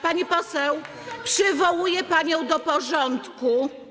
Pani poseł, przywołuję panią do porządku.